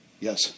Yes